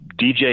DJ